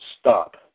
stop